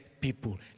people